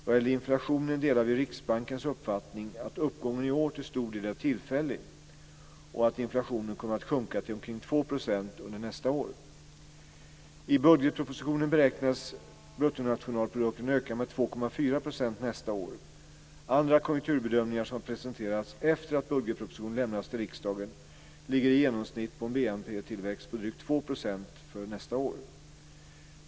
Vad gäller inflationen delar vi Riksbankens uppfattning att uppgången i år till stor del är tillfällig och att inflationen kommer att sjunka till omkring 2 % under nästa år. I budgetpropositionen beräknades bruttonationalprodukten öka med 2,4 % nästa år. Andra konjunkturbedömningar som har presenterats efter det att budgetpropositionen lämnades till riksdagen ligger i genomsnitt på en BNP-tillväxt på drygt 2 % för nästa år.